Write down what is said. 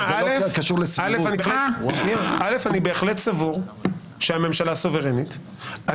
אני בהחלט סבור שהממשלה סוברנית.